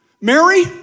Mary